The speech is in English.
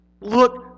look